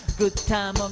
good time.